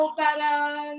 parang